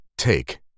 take